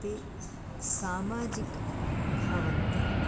ते सामाजिकाः भवन्ति